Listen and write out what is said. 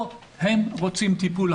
לא, הם רוצים טיפול.